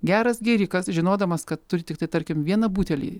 geras gėrikas žinodamas kad turi tiktai tarkim vieną butelį